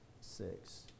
six